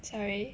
sorry